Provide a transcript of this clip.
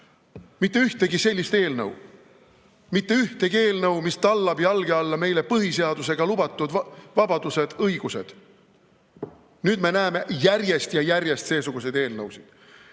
Mitte ühtegi sellist eelnõu, mitte ühtegi eelnõu, mis tallab jalge alla meile põhiseadusega lubatud vabadused, õigused. Nüüd me näeme järjest ja järjest seesuguseid eelnõusid.